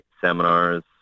seminars